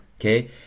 okay